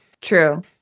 True